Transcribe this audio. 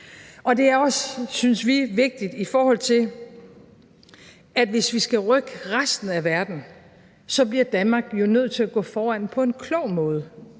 synes vi, vigtigt, i forhold til at hvis vi skal rykke resten af verden, bliver Danmark jo nødt til at gå foran på en klog måde,